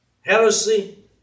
Heresy